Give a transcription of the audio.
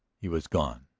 he was gone,